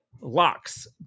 locks